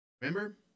Remember